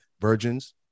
Virgins